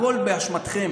הכול באשמתכם.